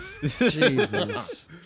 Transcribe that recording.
Jesus